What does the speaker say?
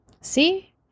See